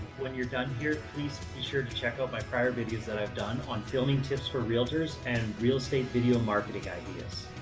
when you're done here, please be sure to check out my prior videos that i've done on filming tips for realtors and real estate video marketing ideas.